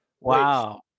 Wow